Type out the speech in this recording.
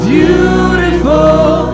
Beautiful